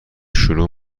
شروع